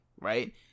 right